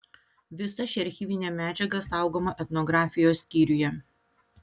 visa ši archyvinė medžiaga saugoma etnografijos skyriuje